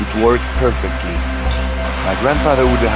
worked perfectly my grandfather would